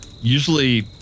usually